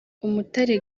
umutare